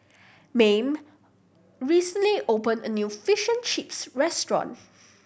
Mayme recently opened a new fish and chips restaurant